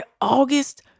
August